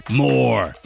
more